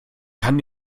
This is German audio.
kann